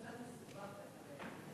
האמת שזה קצת מסובך למלא את זה.